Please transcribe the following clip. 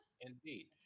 Indeed